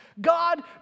God